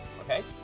okay